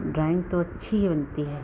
drawing तो अच्छी होती है